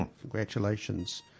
Congratulations